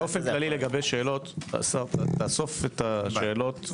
תאסוף את השאלות,